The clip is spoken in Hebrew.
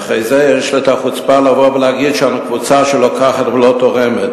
ואחרי זה יש חוצפה לבוא ולהגיד שאנחנו קבוצה שלוקחת ולא תורמת.